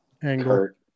Kurt